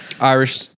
Irish